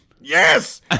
Yes